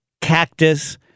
cactus